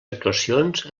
actuacions